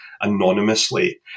anonymously